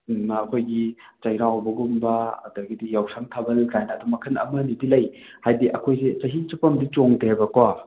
ꯎꯝꯃꯥ ꯑꯩꯈꯣꯏꯒꯤ ꯆꯩꯔꯥꯎꯕꯒꯨꯝꯕ ꯑꯗꯒꯤꯗꯤ ꯌꯥꯎꯁꯪ ꯊꯥꯕꯜ ꯀꯥꯏꯅ ꯑꯗꯨꯝ ꯃꯈꯟ ꯑꯃ ꯑꯅꯤꯗꯤ ꯂꯩ ꯍꯥꯏꯗꯤ ꯑꯩꯈꯣꯏꯁꯦ ꯆꯍꯤ ꯆꯨꯞꯄ ꯑꯃꯗꯤ ꯆꯣꯡꯗꯦꯕꯀꯣ